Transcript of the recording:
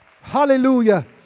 hallelujah